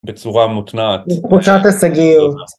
בצורה מותנעת. מותנעת השגיות.